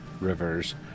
rivers